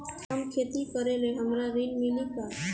हम खेती करीले हमरा ऋण मिली का?